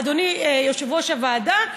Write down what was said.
אדוני יושב-ראש הוועדה,